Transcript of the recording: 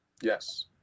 yes